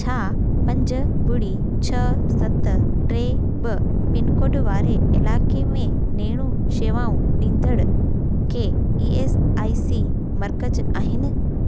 छा पंज ॿुड़ी छ्ह सत टे ॿ पिनकोड वारे इलाइक़े में नेणू शेवाऊं ॾींदड़ के ई एस आइ सी मर्कज़ आहिनि